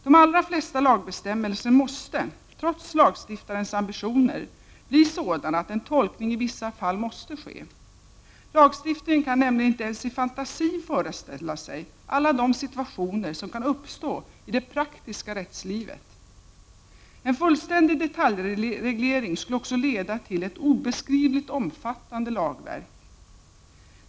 De allra flesta lagbestämmelser måste, trots lagstiftarens ambitioner, bli sådana att en tolkning i vissa fall måste ske. Lagstiftaren kan nämligen inte ens i fantasin föreställa sig alla de situationer som kan uppstå i det praktiska rättslivet. En fullständig detaljreglering skulle också leda till ett obeskrivligt omfattande lagverk.